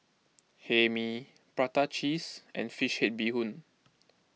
Hae Mee Prata Cheese and Fish Head Bee Hoon